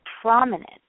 prominent